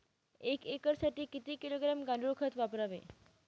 एक एकरसाठी किती किलोग्रॅम गांडूळ खत वापरावे?